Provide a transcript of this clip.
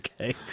Okay